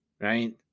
Right